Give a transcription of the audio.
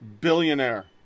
billionaire